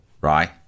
right